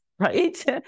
Right